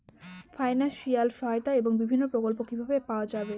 Financial সহায়তা এবং বিভিন্ন প্রকল্প কিভাবে পাওয়া যাবে?